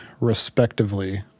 respectively